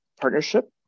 partnership